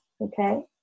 okay